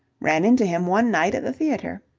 ran into him one night at the theatre.